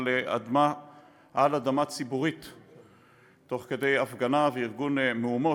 אדמה ציבורית תוך כדי הפגנה וארגון מהומות.